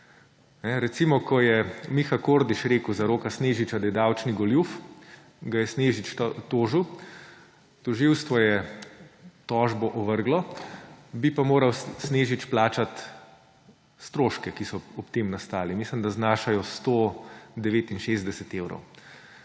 živi. Ko je Miha Kordiš rekel za Roka Snežiča, da je davčni goljuf, ga je Snežič tožil, tožilstvo je tožbo ovrglo, bi pa moral Snežič plačati stroške, ki so ob tem nastali. Mislim, da znašajo 169 evrov.